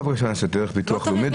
דרך ביטוח לאומי או דרככם?